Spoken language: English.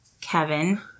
Kevin